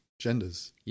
genders